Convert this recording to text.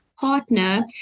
partner